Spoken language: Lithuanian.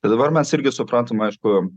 tai dabar mes irgi suprantam aišku